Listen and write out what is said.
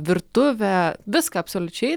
virtuvę viską absoliučiai